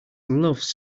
loves